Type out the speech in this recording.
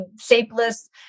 shapeless